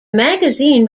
magazine